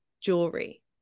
jewelry